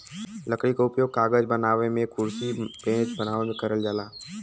लकड़ी क उपयोग कागज बनावे मेंकुरसी मेज बनावे में करल जाला